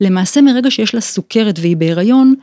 למעשה מרגע שיש לה סוכרת והיא בהיריון